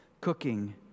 cooking